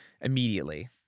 immediately